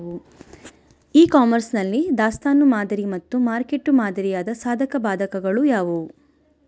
E commerce ನಲ್ಲಿ ದಾಸ್ತನು ಮಾದರಿ ಮತ್ತು ಮಾರುಕಟ್ಟೆ ಮಾದರಿಯ ಸಾಧಕಬಾಧಕಗಳು ಯಾವುವು?